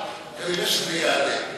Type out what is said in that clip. כנראה זה יעלה.